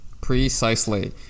Precisely